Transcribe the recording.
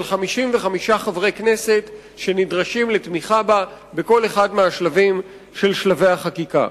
של 55 חברי כנסת שנדרשים לתמיכה בה בכל אחד מהשלבים של שלבי החקיקה.